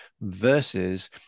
versus